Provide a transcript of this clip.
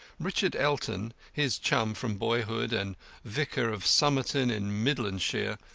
richard elton, his chum from boyhood, and vicar of somerton, in midlandshire,